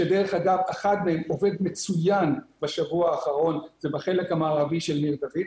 שדרך אגב אחד מהם עובד מצוין בשבוע האחרון וזה בחלק המערבי של ניר דוד.